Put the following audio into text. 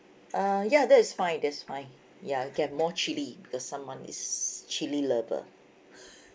uh ya that is fine that's fine ya get more chilli because someone is chilli lover